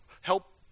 help